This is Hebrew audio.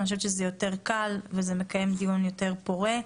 זה קל יותר ומקיים דיון יותר פורה.